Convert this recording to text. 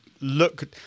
look